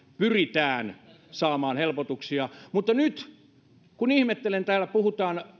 pyritään saamaan helpotuksia nyt ihmettelen kun täällä puhutaan